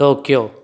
Tokyo